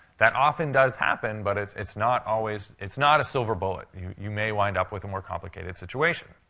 that often does happen, but it's it's not always it's not a silver bullet. you may wind up with a more complicated situation.